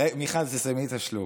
מיכל, תסיימי את השלוק.